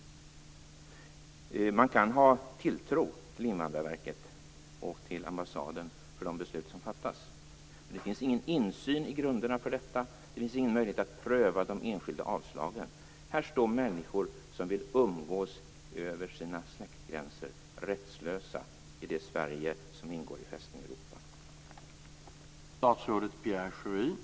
Man kan ha tilltro till Invandrarverket och till ambassaden när det gäller de beslut som fattas, men det finns ingen insyn i grunderna för detta. Det finns ingen möjlighet att pröva de enskilda avslagen. Människor som vill umgås över gränserna med sina släktingar står rättslösa i det Sverige som ingår i Fästning